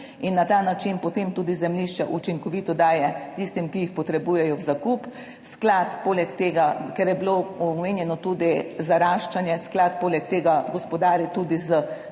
in na ta način, potem tudi zemljišča učinkovito daje tistim, ki jih potrebujejo v zakup. Sklad poleg tega - ker je bilo omenjeno tudi zaraščanje - gospodari tudi z